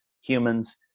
humans